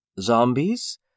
Zombies